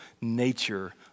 nature